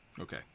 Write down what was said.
Okay